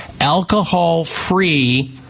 alcohol-free